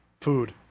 Food